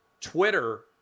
Twitter